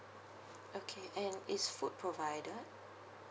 okay and is food provided